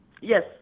Yes